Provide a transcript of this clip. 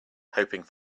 hoping